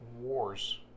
war's